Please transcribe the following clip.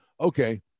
Okay